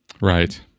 Right